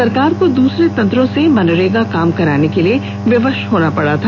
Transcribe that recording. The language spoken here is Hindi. सरकार को दूसरे तंत्रों से मनरेगा काम कराने के लिए विवश होना पड़ा था